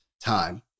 time